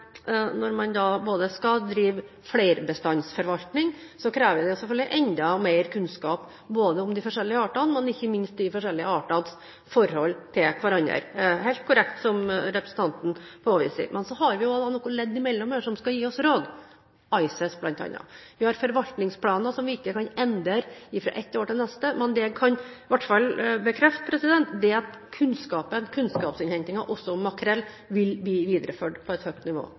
når man skal drive flerbestandsforvaltning, krever det selvfølgelig enda mer kunnskap om de forskjellige artene, men ikke minst om de forskjellige artenes forhold til hverandre – det er helt korrekt som representanten sier. Så har vi noen ledd mellom her som skal gi oss råd, ICES bl.a. Vi har forvaltningsplaner som vi ikke kan endre fra et år til neste. Men det jeg kan bekrefte, er at kunnskapsinnhentingen på makrell vil bli videreført på et høyt nivå.